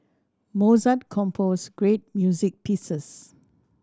Mozart composed great music pieces